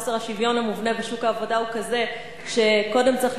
חוסר השוויון המובנה בשוק העבודה הוא כזה שקודם צריך